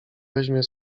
weźmie